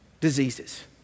diseases